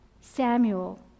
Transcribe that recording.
Samuel